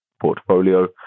portfolio